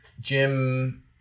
Jim